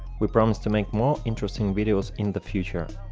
we promise to make more interesting videos in the future